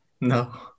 No